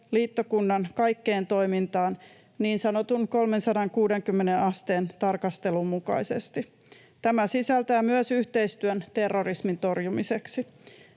liittokunnan kaikkeen toimintaan, niin sanotun 360 asteen tarkastelun mukaisesti. Tämä sisältää myös yhteistyön terrorismin torjumiseksi.